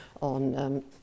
on